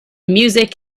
music